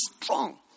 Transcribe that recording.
strong